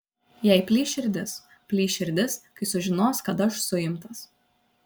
jai plyš širdis plyš širdis kai sužinos kad aš suimtas